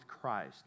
Christ